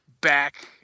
back